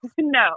No